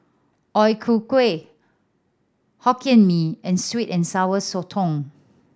O Ku Kueh Hokkien Mee and sweet and Sour Sotong